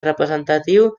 representatiu